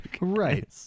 Right